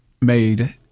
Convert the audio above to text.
made—